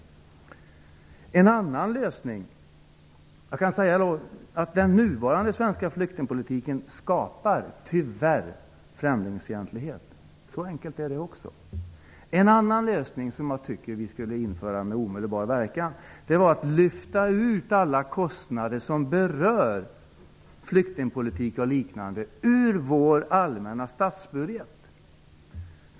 Den nuvarande svenska flyktingpolitiken skapar tyvärr främlingsfientlighet. Så enkelt är det. Jag tycker att vi med omedelbar verkan skall lyfta ut alla kostnader som berör flyktingpolitik o.dyl. ur vår allmänna statsbudget.